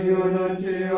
unity